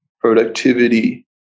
productivity